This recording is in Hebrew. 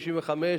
55,